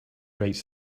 writes